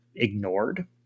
ignored